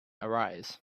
arise